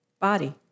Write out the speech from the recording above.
body